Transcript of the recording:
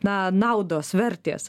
na naudos vertės